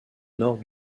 nord